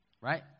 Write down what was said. right